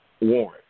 warrant